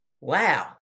Wow